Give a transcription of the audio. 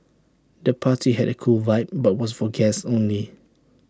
the party had A cool vibe but was for guests only